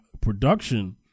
production